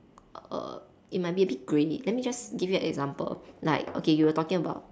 err it might be a bit grainy let me just give you an example like okay you were talking about